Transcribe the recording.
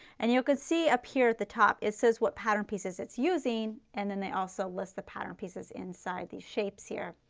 and you can see up here at the top, it says what pattern pieces it's using and then they also list the pattern pieces inside these shapes here.